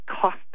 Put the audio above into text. cost